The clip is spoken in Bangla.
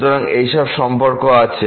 সুতরাং এই সব সম্পর্ক আছে